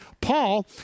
Paul